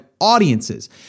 audiences